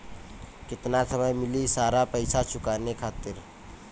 केतना समय मिली सारा पेईसा चुकाने खातिर?